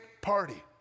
party